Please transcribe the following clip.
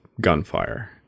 gunfire